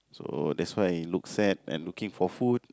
so that's why look sad and looking for food